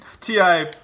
Ti